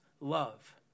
love